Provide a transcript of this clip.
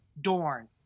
Dorn